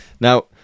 Now